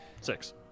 six